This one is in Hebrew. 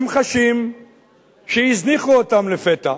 הם חשים שהזניחו אותם לפתע.